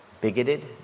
bigoted